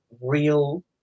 real